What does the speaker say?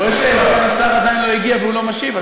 אני רואה שסגן השר עדיין לא הגיע והוא לא משיב,